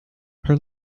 her